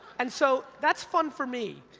and so, that's fun for me,